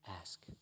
Ask